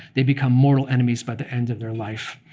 they become mortal enemies by the end of their life.